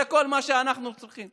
זה כל מה שאנחנו צריכים,